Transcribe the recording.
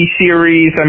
series